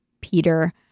Peter